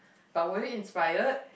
but were you inspired